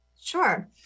Sure